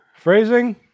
Phrasing